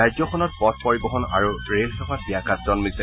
ৰাজ্যখনত পথ পৰিবহন আৰু ৰেলসেৱা ব্যাঘাত জন্মিছে